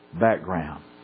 background